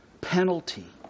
penalty